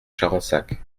charensac